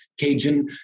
Cajun